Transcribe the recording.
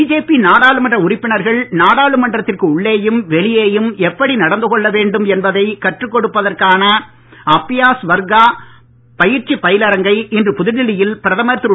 BJP நாடாளுமன்ற உறுப்பினர்கள் நாடாளுமன்றத்திற்கு உள்ளேயும் வெளியேயும் எப்படி நடந்துகொள்ள வேண்டும் என்பதை கற்றுக் கொடுப்பதற்கான அப்யாஸ் வர்கா பயிற்சி பயிலரங்கை இன்று புதுடில்லி யில் பிரதமர் திரு